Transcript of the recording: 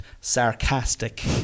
sarcastic